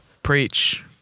Preach